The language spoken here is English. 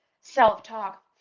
self-talk